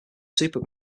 super